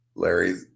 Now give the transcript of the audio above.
Larry